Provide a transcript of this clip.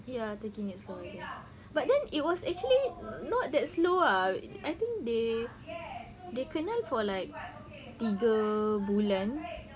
ya taking it slow but then it was actually not that slow ah I think they they kenal for like tiga bulan